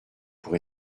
pour